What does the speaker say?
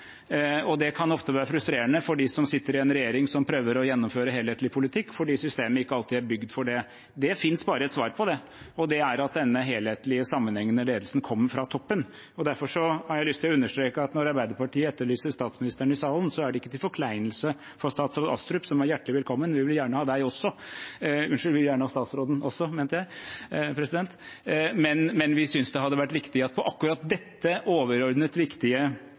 og det kan ofte være frustrerende for dem som sitter i en regjering som prøver å gjennomføre en helhetlig politikk, fordi systemet ikke alltid er bygd for det. Det finnes bare ett svar på det, og det er at denne helhetlige sammenhengen og ledelsen kommer fra toppen. Derfor har jeg lyst til å understreke at når Arbeiderpartiet etterlyser statsministeren i salen, er det ikke til forkleinelse for statsråd Astrup, som er hjertelig velkommen. Vi vil gjerne ha statsråden også, men vi synes at i akkurat denne overordnet viktige saken bør vi høre hva statsministeren har gjort og eventuelt ikke gjort for